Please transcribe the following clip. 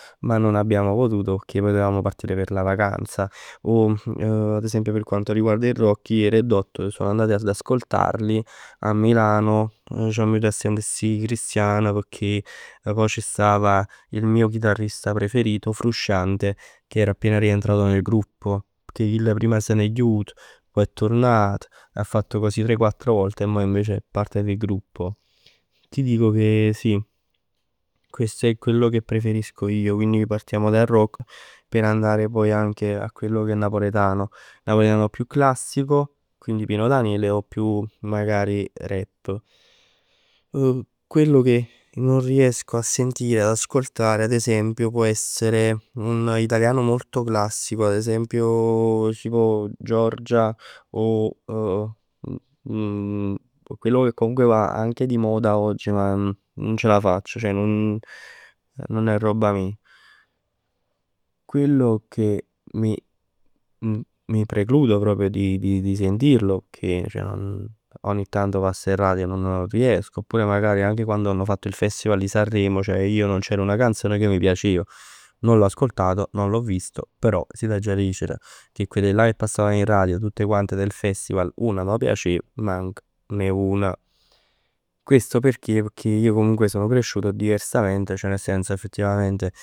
Ma non abbiamo potuto perchè poi dovevamo partire per la vacanza. O ad esempio per quanto riguarda il rock, i Red Hot sono andato ad ascoltarli a Milano, nuje c'amma jut a sent sti cristian pecchè pò ci stava il mio chitarrista preferito, Frusciante, che era appena rientrato nel gruppo. Pecchè chill prima se n'è jut, pò è turnat, ha fatto così tre o quattro volte. Mo invece è parte del gruppo. Ti dico che sì, questo è quello che preferisco io. Quindi partiamo dal rock per andare anche a quello chè è napoletano. Più classico quindi Pino Daniele, o più magari rap. Quello che non riesco a sentire, ad ascoltare per esempio può essere un italiano molto classico, ad esempio tipo Giorgia, o quello che comunque va anche di moda oggi, ma non ce la faccio, ceh nun nun è roba mij. Quello che mi mi precludo proprio di di di sentirlo, perchè ceh non, ogni tanto passa in radio, non riesco. Oppure ogni tanto quando hanno fatto il festival di Sanremo, ceh io non c'era una canzone che mi piaceva. Io non l'ho ascoltato, non l'ho visto, però si t'aggia dicere che quelle là che passavano in radio, tutte quelle del festival, una m' piaceva, manc ne una. Questo perchè? Perchè io sono cresciuto diversamente. Cioè nel senso effettivamente